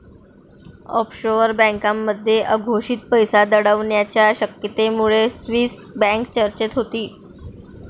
offshore बँकांमध्ये अघोषित पैसा दडवण्याच्या शक्यतेमुळे स्विस बँक चर्चेत होती